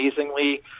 amazingly